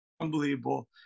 unbelievable